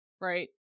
right